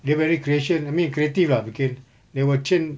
dia very creation I mean creative lah mungkin they will change